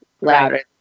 louder